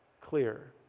clear